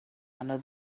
under